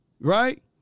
Right